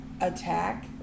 attack